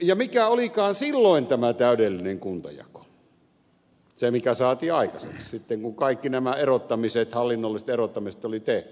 ja mikä olikaan silloin tämä täydellinen kuntajako se mikä saatiin aikaiseksi sitten kun kaikki nämä erottamiset hallinnolliset erottamiset oli tehty